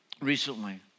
recently